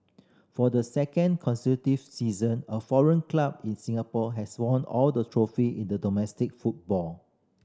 for the second consecutive season a foreign club in Singapore has won all trophy in domestic football